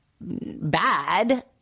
bad